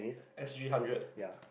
S_G hundred